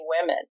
women